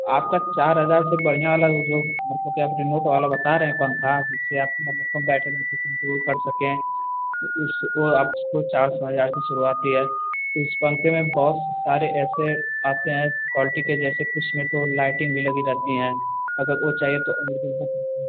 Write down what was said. आपका चार हज़ार से बढ़िया वाला ऊ जो मतलब कि आप रिमोट वाला बता रहें पंखा जिससे आप माने बैठे बैठे कंट्रोल कर सकें तो उस वो आपको चार सौ हजार से शुरूआती है उस पंखे में बहुत सारे ऐसे आते हैं क्वालटी के जैसे कुछ में तो लाइटिंग भी लगी रहती हैं अगर वो चाहिए तो अवेलेबल हो सकते हैं